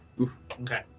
okay